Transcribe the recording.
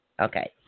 okay